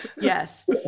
yes